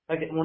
Okay